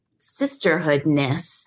sisterhoodness